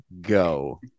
go